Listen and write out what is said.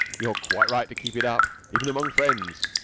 you're quite right to keep it up, even among friends.